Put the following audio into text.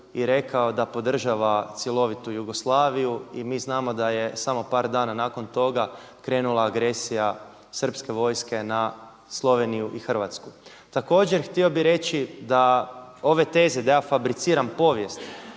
i rekao da podržava cjelovitu Jugoslaviju i mi znamo da je samo par dana nakon toga krenula agresija srpske vojske na Sloveniju i Hrvatsku. Također htio bih reći da ove teze da fabriciram povijest